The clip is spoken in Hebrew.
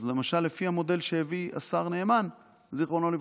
אז למשל לפי המודל שהביא השר נאמן, זיכרונו לברכה,